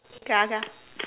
okay ah okay ah